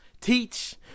Teach